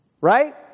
Right